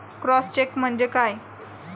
Cross check म्हणजे काय?